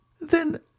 Then